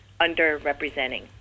underrepresenting